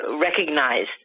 recognized